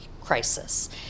crisis